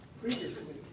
previously